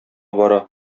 бара